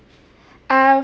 um